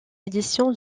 édition